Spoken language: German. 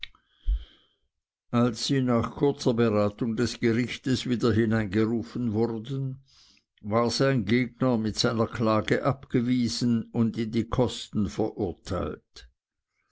als sie nach kurzer beratung des gerichtes wieder hinein gerufen wurden war sein gegner mit seiner klage abgewiesen und in die kosten verurteilt